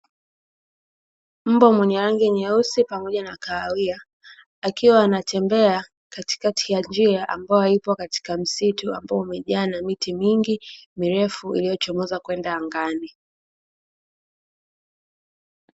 Mbwa mwenye rangi nyeusi pamoja na kahawia akiwa anatembea katikati ya njia ambayo ipo katika msitu, ambao umejaa na miti mingi mirefu iliyochomoza kwenda angani.